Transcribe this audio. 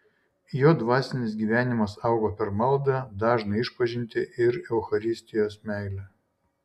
jo dvasinis gyvenimas augo per maldą dažną išpažintį ir eucharistijos meilę